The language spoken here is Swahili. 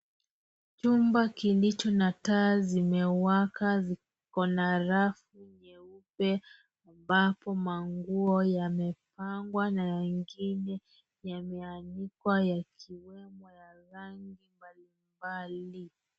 Chumba kilicho na taa zimewaka ziko na rafu nyeupe ambapo manguo yamepangwa na mengine yameanikwa yakiwemo ya rangi mbalimbali.